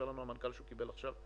לנו המנכ"ל שהוא קיבל עכשיו מהקרן.